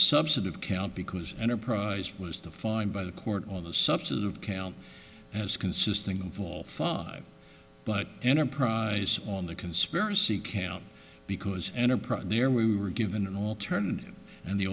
substantive count because enterprise was defined by the court on the substance of count as consisting in full five but enterprise on the conspiracy camp because enterprise there we were given an alternative and the